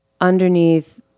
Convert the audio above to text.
Underneath